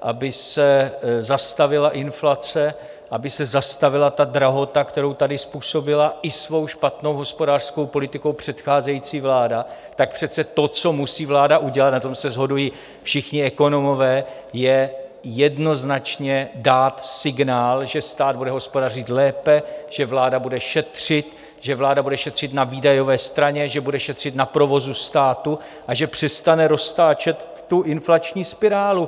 aby se zastavila inflace, aby se zastavila drahota, kterou tady způsobila i svou špatnou hospodářskou politikou předcházející vláda, tak přece to, co musí vláda udělat, na tom se shodují všichni ekonomové, je jednoznačně dát signál, že stát bude hospodařit lépe, že vláda bude šetřit, že vláda bude šetřit na výdajové straně, že bude šetřit na provozu státu a že přestane roztáčet inflační spirálu.